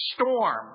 storm